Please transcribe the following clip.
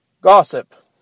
Gossip